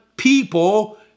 people